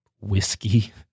whiskey